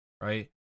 Right